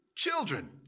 children